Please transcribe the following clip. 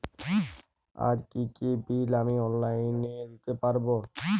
আর কি কি বিল আমি অনলাইনে দিতে পারবো?